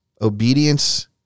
obedience